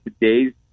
today's